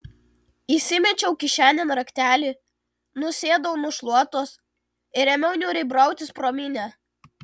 įsimečiau kišenėn raktelį nusėdau nu šluotos ir ėmiau niūriai brautis pro minią